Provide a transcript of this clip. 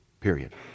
Period